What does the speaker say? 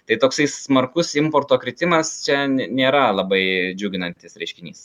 tai toksai smarkus importo kritimas čia nėra labai džiuginantis reiškinys